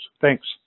Thanks